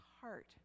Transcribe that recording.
heart